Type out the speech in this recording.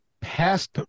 past